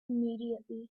immediately